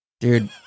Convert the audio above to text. Dude